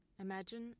imagine